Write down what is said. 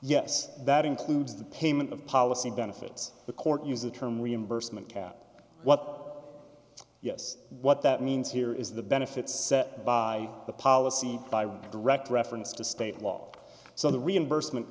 yes that includes the payment of policy benefits the court use the term reimbursement cap what yes what that means here is the benefits set by the policy by wrecked reference to state law so the reimbursement